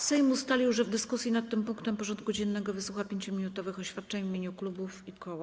Sejm ustalił, że w dyskusji nad tym punktem porządku dziennego wysłucha 5-minutowych oświadczeń w imieniu klubów i koła.